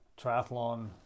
triathlon